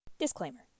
Disclaimer